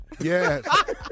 Yes